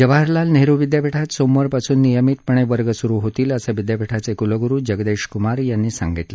जवाहरलाल नेहरू विद्यापीठात सोमवारपासून नियमितपणे वर्ग सुरू होतील असं विद्यापीठाचे कुलगुरू जगदेश कुमार यांनी सांगितलं